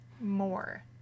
more